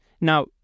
Now